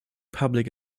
public